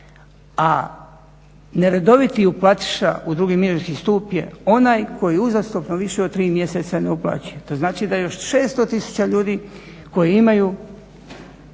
A neredoviti platiša u drugi mirovinski stup je onaj koji uzastopno više od 3 mjeseca ne uplaćuje. To znači da još 600 tisuća ljudi koji imaju